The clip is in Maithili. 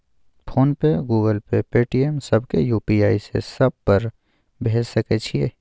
फोन पे, गूगल पे, पेटीएम, सब के यु.पी.आई से सब पर भेज सके छीयै?